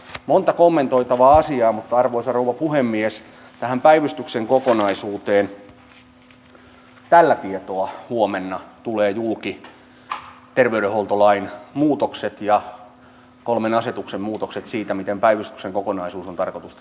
monta kommentoitavaa asiaa mutta arvoisa rouva puhemies tähän päivystyksen kokonaisuuteen tällä tietoa huomenna tulee julki terveydenhuoltolain muutokset ja kolmen asetuksen muutokset siitä miten päivystyksen kokonaisuus on tarkoitus tässä maassa rakentaa